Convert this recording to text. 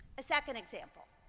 a second example.